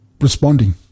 responding